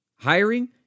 Hiring